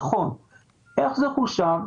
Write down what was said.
איך זה חושב?